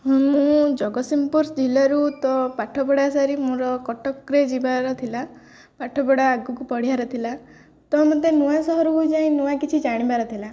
ହଁ ମୁଁ ଜଗତସିଂହପୁର ଜିଲ୍ଲାରୁ ତ ପାଠପଢ଼ା ସାରି ମୋର କଟକରେ ଯିବାର ଥିଲା ପାଠପଢ଼ା ଆଗକୁ ପଢ଼ିବାର ଥିଲା ତ ମୋତେ ନୂଆ ସହରକୁ ଯାଇ ନୂଆ କିଛି ଜାଣିବାର ଥିଲା